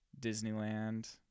Disneyland